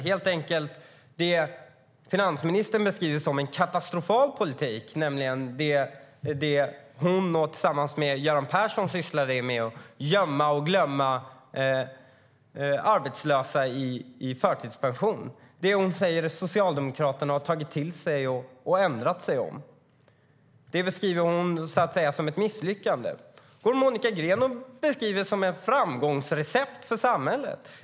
Det som finansministern beskriver som en katastrofal politik, det som hon och Göran Persson sysslade med, nämligen att gömma och glömma genom att förtidspensionera de arbetslösa, har Socialdemokraterna enligt finansministern tagit till sig och ändrat. Finansministern beskriver den politiken som ett misslyckande. Den politiken beskriver Monica Green som ett framgångsrecept för samhället.